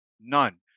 none